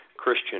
Christian